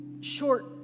short